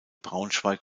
braunschweig